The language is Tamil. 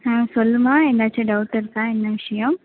ஆ சொல்லுமா என்னாச்சும் டவுட் இருக்கா என்ன விஷயம்